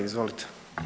Izvolite.